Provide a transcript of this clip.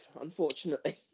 unfortunately